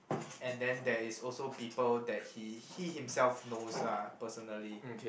and then there is also people that he he himself knows lah personally